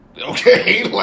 okay